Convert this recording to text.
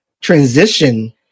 transition